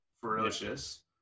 ferocious